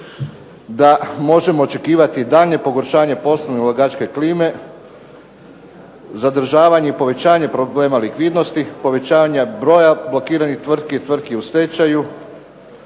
da možemo očekivati daljnje pogoršanje poslovno-ulagačke klime, zadržavanje i povećanje problema likvidnosti, povećanja broja blokiranih tvrtki, tvrtki u stečaju,